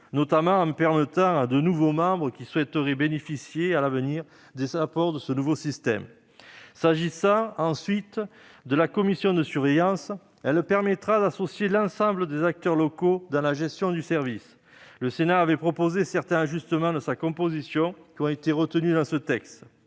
notamment en permettant à de nouveaux membres de bénéficier à l'avenir des apports de ce nouveau système. S'agissant, ensuite, de la commission de surveillance, elle permettra d'associer l'ensemble des acteurs locaux dans la gestion du service. Le Sénat avait proposé certains ajustements concernant sa composition ; ils ont été retenus dans ce texte.